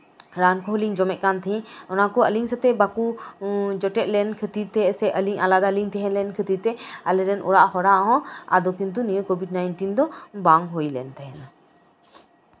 ᱨᱟᱱ ᱠᱚᱸᱦᱚ ᱞᱤᱧ ᱡᱚᱢᱮᱫ ᱠᱟᱱ ᱛᱟᱦᱮᱸᱫ ᱚᱱᱟ ᱠᱚ ᱟᱹᱞᱤᱧ ᱥᱟᱛᱮᱜ ᱵᱟᱠᱚ ᱡᱚᱴᱮᱫ ᱞᱮᱱ ᱠᱷᱟᱹᱛᱤᱨ ᱛᱮ ᱥᱮ ᱟᱹᱞᱤᱧ ᱟᱞᱟᱫᱟ ᱞᱤᱧ ᱛᱟᱦᱮᱸ ᱞᱮᱱ ᱠᱷᱟᱹᱛᱤᱨ ᱛᱮ ᱟᱞᱮᱨᱮᱱ ᱚᱲᱟᱜ ᱦᱚᱲᱟᱜ ᱦᱚᱸ ᱟᱫᱚ ᱠᱤᱱᱛᱩ ᱱᱤᱭᱟᱹ ᱠᱳᱵᱷᱤᱰ ᱱᱟᱭᱤᱱᱴᱤᱱ ᱫᱚ ᱵᱟᱝ ᱦᱩᱭ ᱞᱮᱱ ᱛᱟᱦᱮᱸᱫ